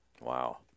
Wow